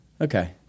Okay